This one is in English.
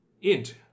Int